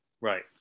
right